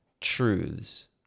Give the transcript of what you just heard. truths